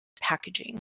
packaging